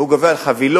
והוא גובה על חבילות,